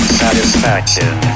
satisfaction